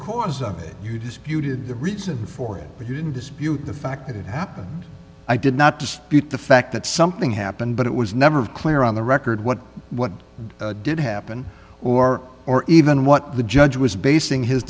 course of it you disputed the reason for it but you didn't dispute the fact that it happened i did not dispute the fact that something happened but it was never of clear on the record what what did happen or or even what the judge was basing his